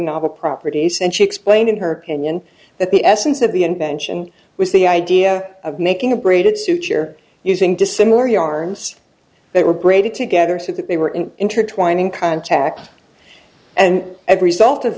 novel properties and she explained in her opinion that the essence of the invention was the idea of making a braided suture using dissimilar yarns that were braided together so that they were in intertwining contact and every sult of